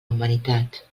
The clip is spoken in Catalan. humanitat